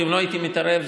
ואם לא הייתי מתערב,